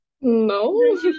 No